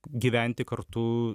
gyventi kartu